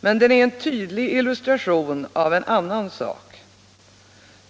Men den är en tydlig illustration av en annan sak.